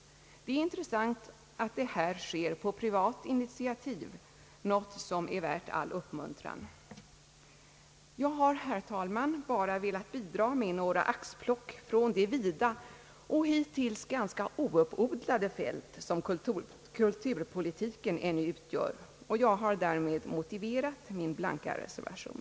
Det är intressant att detta sker på privat initiativ, något som är värt all uppmuntran. Jag har, herr talman, bara velat bidra med några axplock från det vida och hittills ganska ouppodlade fält som kulturpolitiken utgör, och jag har därmed motiverat min blanka reservation.